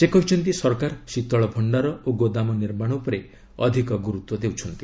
ସେ କହିଛନ୍ତି ସରକାର ଶୀତଳ ଭଣ୍ଡାର ଓ ଗୋଦାମ ନିର୍ମାଣ ଉପରେ ଅଧିକ ଗୁରୁତ୍ୱ ଦେଉଛନ୍ତି